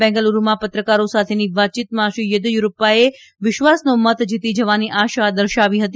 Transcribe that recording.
બેંગલુરૂમાં પત્રકારો સાથેની વાતયીતમાં શ્રી યેદયુરપ્પાએ વિશ્વાસનો મત જીતી જવાની આશા દર્શાવી હતી